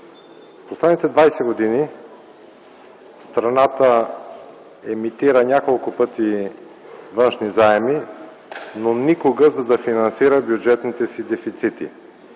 Последните 20 години страната емитира няколко пъти външни заеми, но никога, за да финансира бюджетните си дефицити.